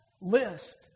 list